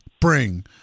bring